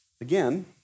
Again